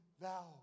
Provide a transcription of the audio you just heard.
thou